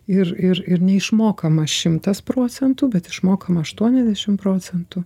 ir ir ir neišmokama šimtas procentų bet išmokama aštuoniasdešimt procentų